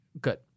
good